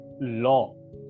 law